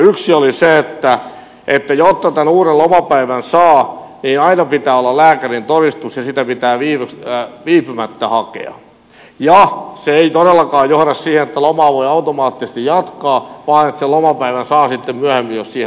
yksi oli se että jotta tämän uuden lomapäivän saa niin aina pitää olla lääkärintodistus ja sitä pitää viipymättä hakea ja se ei todellakaan johda siihen että lomaa voi automaattisesti jatkaa vaan sen lomapäivän saa sitten myöhemmin jos siihen on oikeutettu